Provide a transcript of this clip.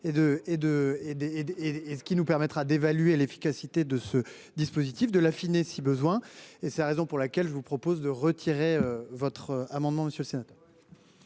et ce qui nous permettra d'évaluer l'efficacité de ce dispositif de la finesse si besoin et c'est la raison pour laquelle je vous propose de retirer votre amendement monsieur c'est.